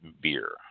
beer